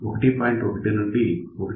1 నుండి 1